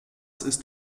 ist